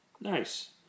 Nice